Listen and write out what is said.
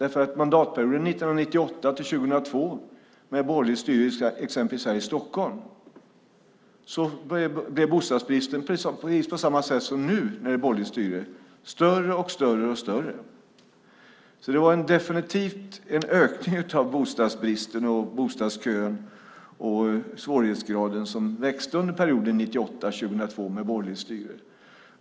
Under mandatperioden 1998-2002 med borgerligt styre exempelvis här i Stockholm blev bostadsbristen större och större, precis på samma sätt som nu, när det också är borgerligt styre. Det var definitivt en ökning av bostadsbristen och bostadskön. Svårighetsgraden växte under perioden 1998-2002 med borgerligt styre.